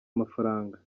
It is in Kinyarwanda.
mafaranga